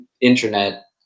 internet